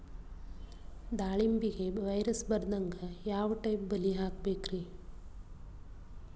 ದಾಳಿಂಬೆಗೆ ವೈರಸ್ ಬರದಂಗ ಯಾವ್ ಟೈಪ್ ಬಲಿ ಹಾಕಬೇಕ್ರಿ?